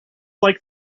like